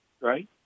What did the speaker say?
right